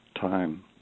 time